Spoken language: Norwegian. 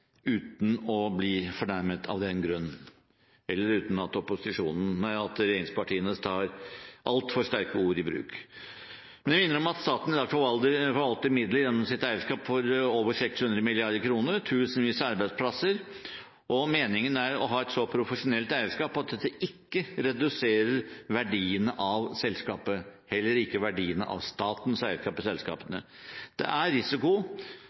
uten å bli fornærmet av den grunn, eller uten at regjeringspartiene tar altfor sterke ord i bruk. Staten forvalter i dag midler gjennom sitt eierskap på over 600 mrd. kr, med tusenvis av arbeidsplasser. Meningen er å ha et så profesjonelt eierskap at dette ikke reduserer verdien av selskapet, heller ikke verdien av statens eierskap i selskapene. Det er en risiko